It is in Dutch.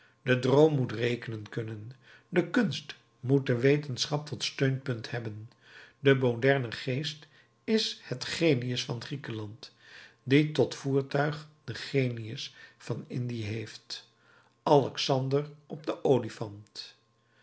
de droom moet rekenen kunnen de kunst moet de wetenschap tot steunpunt hebben de moderne geest is de genius van griekenland die tot voertuig den genius van indië heeft alexander op den olifant